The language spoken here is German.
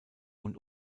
und